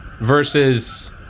versus